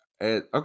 Okay